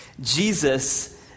Jesus